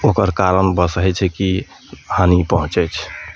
ओकर कारण बस होइ छै की हानी पहुँचै छै